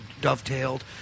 dovetailed